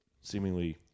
seemingly